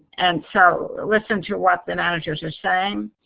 and so listen to what the managers are saying.